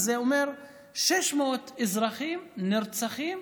מה שאומר 600 אזרחים נרצחים,